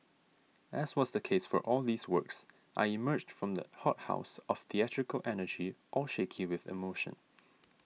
as was the case for all these works I emerged from that hothouse of theatrical energy all shaky with emotion